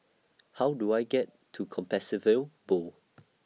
How Do I get to Compassvale Bow